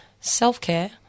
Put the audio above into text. self-care